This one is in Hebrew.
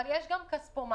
אבל יש גם כספומטים,